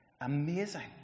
Amazing